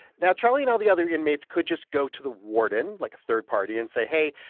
now, charlie and all the other inmates could just go to the warden, like a third party, and say, hey,